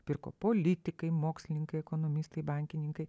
pirko politikai mokslininkai ekonomistai bankininkai